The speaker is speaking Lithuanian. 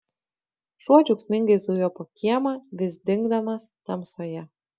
šuo džiaugsmingai zujo po kiemą vis dingdamas tamsoje